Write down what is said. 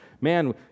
man